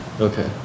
Okay